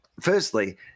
firstly